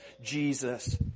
Jesus